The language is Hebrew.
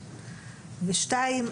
ושתיים,